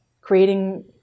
creating